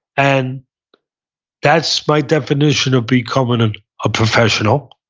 and that's my definition of becoming and a professional,